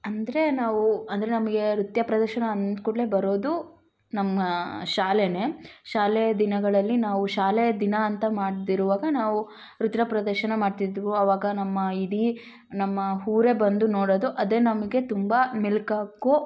ಅಂದರೆ ನಾವು ಅಂದರೆ ನಮಗೆ ನೃತ್ಯ ಪ್ರದರ್ಶನ ಅಂದ ಕೂಡಲೇ ಬರೋದು ನಮ್ಮ ಶಾಲೆನೇ ಶಾಲೆಯ ದಿನಗಳಲ್ಲಿ ನಾವು ಶಾಲೆಯ ದಿನ ಅಂತ ಮಾಡ್ತಿರುವಾಗ ನಾವು ನೃತ್ಯ ಪ್ರದರ್ಶನ ಮಾಡ್ತಿದ್ದೆವು ಅವಾಗ ನಮ್ಮ ಇಡೀ ನಮ್ಮ ಊರೆ ಬಂದು ನೋಡೋದು ಅದೇ ನಮಗೆ ತುಂಬ ಮೆಲ್ಕು ಹಾಕೋ